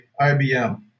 IBM